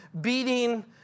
beating